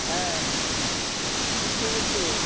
হ্যাঁ কোথা থেকে বলছো